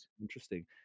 interesting